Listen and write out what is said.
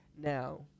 Now